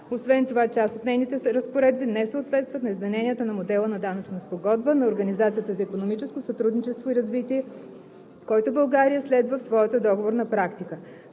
Освен това част от нейните разпоредби не съответстват на измененията в Модела на данъчна спогодба на Организацията за икономическо сътрудничество и развитие, който България следва в своята договорна практика.